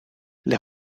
les